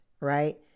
right